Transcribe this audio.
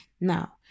Now